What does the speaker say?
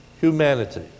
humanity